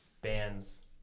bands